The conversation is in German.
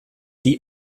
die